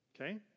okay